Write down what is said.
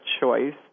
choice